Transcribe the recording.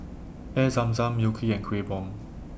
Air Zam Zam Mui Kee and Kueh Bom